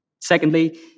Secondly